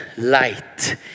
Light